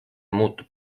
muutub